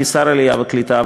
כשר העלייה והקליטה,